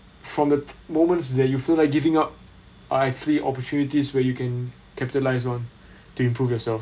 from the moments that you feel like giving up are actually opportunities where you can capitalise on to improve yourself